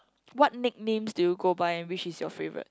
what nicknames do you go by and which is your favourite